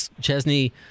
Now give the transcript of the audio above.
Chesney